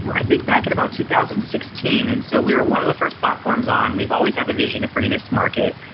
i think back at about two thousand and sixteen. and so we were one of the first platforms on. we've always had the vision of bringing this to market.